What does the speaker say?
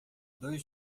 dois